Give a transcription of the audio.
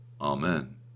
Amen